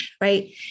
right